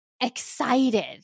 excited